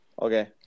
Okay